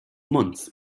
months